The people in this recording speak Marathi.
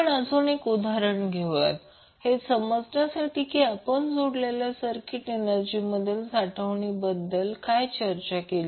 आपण अजुन एक उदाहरण घेऊया हे समजण्यासाठी की आपण जोडलेल्या सर्किट एनर्जी मधील साठवणी बद्दल काय चर्चा केली